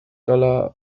dollar